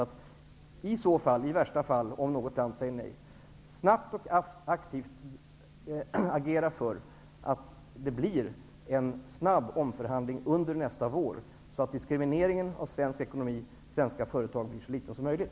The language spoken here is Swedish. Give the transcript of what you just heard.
dvs. om något land säger nej -- snabbt och aktivt agera för att det blir en snabb omförhandling under nästa vår, så att diskrimineringen av svensk ekonomi och svenska företag blir så liten som möjligt.